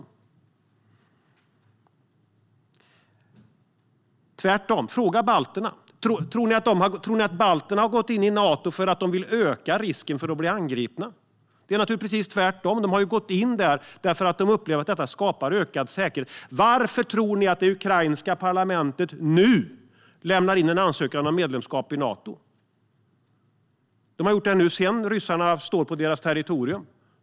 Det är tvärtom. Fråga balterna! Tror ni att balterna har gått med i Nato för att de vill öka risken att bli angripna? Det är naturligtvis precis tvärtom. De har gått med för att de upplever att det skapar ökad säkerhet. Varför tror ni att det ukrainska parlamentet nu lämnar in en ansökan om medlemskap i Nato? De har gjort det nu när ryssarna står på deras territorium.